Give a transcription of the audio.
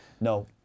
no